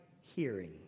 hearing